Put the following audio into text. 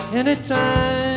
anytime